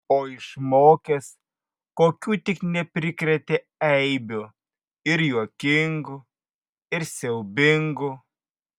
o išmokęs kokių tik neprikrėtė eibių ir juokingų ir siaubingų